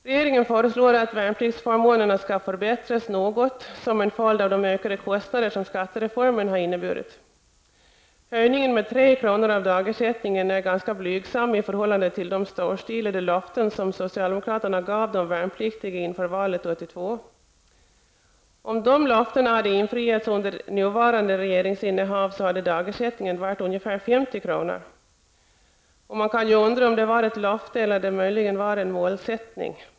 Regeringen föreslår att värnpliktsförmånerna skall förbättras något som en följd av de ökade kostnader som skattereformen har inneburit. Höjningen med 3 kr. av dagersättningen är dock ganska blygsam i förhållande till de storstilade löften som socialdemokraterna gav de värnpliktiga inför valet 1982. Om dessa löften hade infriats under det nuvarande regeringsinnehavet hade dagersättningen varit ca 50 kr. Man kan undra om det var ett löfte eller möjligen en målsättning.